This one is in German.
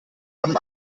haben